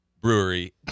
Brewery